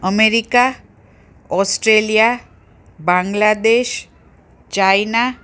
America Australia Bangladesh China